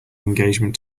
engagement